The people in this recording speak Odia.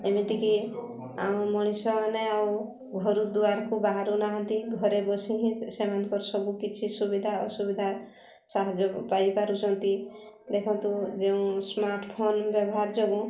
ଏମିତିକି ଆମ ମଣିଷମାନେ ଆଉ ଘରୁ ଦୁଆରକୁ ବାହାରୁ ନାହାନ୍ତି ଘରେ ବସି ହିଁ ସେମାନଙ୍କର ସବୁ କିଛି ସୁବିଧା ଅସୁବିଧା ସାହାଯ୍ୟ ପାଇପାରୁଛନ୍ତି ଦେଖନ୍ତୁ ଯେଉଁ ସ୍ମାର୍ଟଫୋନ୍ ବ୍ୟବହାର ଯୋଗୁଁ